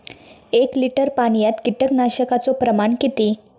एक लिटर पाणयात कीटकनाशकाचो प्रमाण किती?